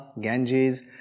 Ganges